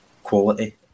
Quality